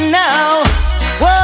now